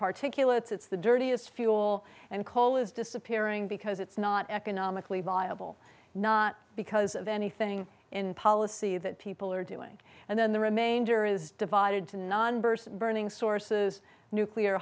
particulates it's the dirtiest fuel and coal is disappearing because it's not economically viable not because of anything in policy that people are doing and then the remainder is divided to non burst burning sources nuclear